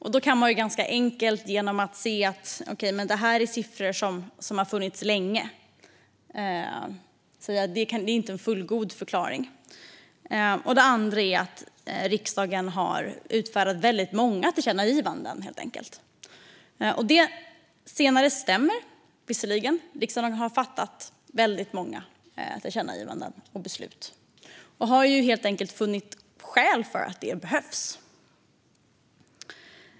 Man kan ganska enkelt se att det här är siffror som har funnits länge och därmed säga att detta inte är en fullgod förklaring. Den andra är att riksdagen har utfärdat väldigt många tillkännagivanden. Det senare stämmer visserligen. Riksdagen har fattat väldigt många beslut om tillkännagivanden och har funnit skäl för att det behövs.